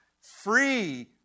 free